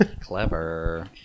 Clever